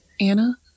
anna